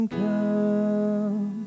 come